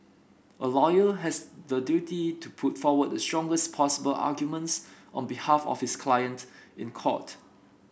a lawyer has the duty to put forward the strongest possible arguments on behalf of his client in court